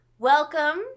Welcome